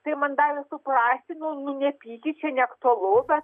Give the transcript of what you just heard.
tai man davė suprasti nu nu nepykit čia neaktualu bet